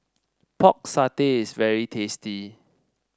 Pork Satay is very tasty